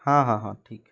हाँ हाँ हाँ ठीक है